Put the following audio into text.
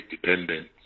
dependent